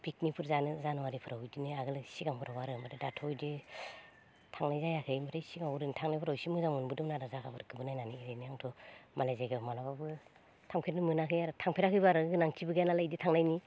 पिकनिकफोर जानो जानुवारिफोराव बिदिनो आगोलाव सिगांफोराव आरो ओमफ्राय दाथ' इदि थांनाय जायाखै ओमफ्राय सिगाङाव ओरैनो थांनोफोराव इसे मोजां मोनबोदोंमोन आरो जागाफोरखौबो नायनानै ओरैनो आंथ' मालाय जायगायाव माब्लाबाबो थांफेरनो मोनाखै आरो थांफेराखैबो आरो गोनांथिबो गैयानालाय इदि थांनायनि